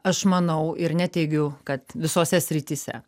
aš manau ir neteigiu kad visose srityse